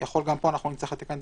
יכול להיות שגם פה נצטרך לתקן את